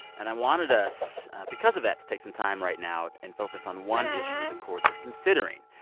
and i wanted us because of that to take some time right now and focus on one issue the court is considering.